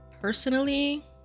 Personally